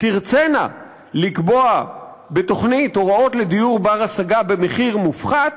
תרצינה לקבוע בתוכנית הוראות לדיור בר-השגה במחיר מופחת,